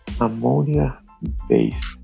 ammonia-based